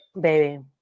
baby